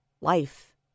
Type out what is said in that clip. life